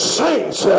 saints